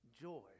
joy